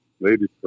Ladies